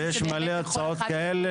יש הרבה הצעות כאלה,